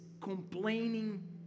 complaining